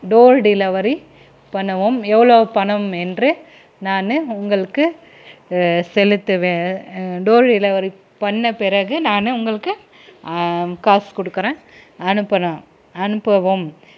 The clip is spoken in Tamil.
டோல் டெலவரி பண்ணவும் எவ்வளோ பணம் என்று நான் உங்களுக்கு செலுத்துவேன் டோர் டெலவரி பண்ண பிறகு நான் உங்களுக்கு காசு கொடுக்குறேன் அனுப்பணும் அனுப்பவும்